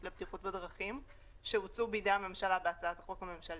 לבטיחות בדרכים שהוצאו בידי הממשלה בהצעת החוק הממשלתית.